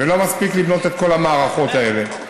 ולא מספיק לבנות את כל המערכות האלה.